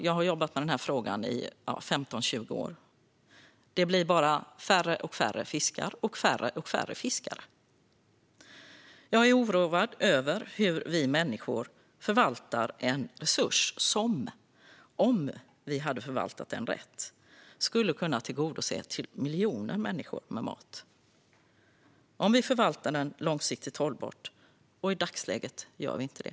Jag har jobbat med den här frågan i 15-20 år. Det blir bara färre och färre fiskar och färre och färre fiskare. Jag är oroad över hur vi människor förvaltar en resurs som, om vi förvaltar den rätt, kan tillgodose miljoner människors behov av mat. Så är det om vi förvaltar den långsiktigt hållbart. Men i dagsläget gör vi inte det.